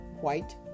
white